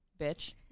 bitch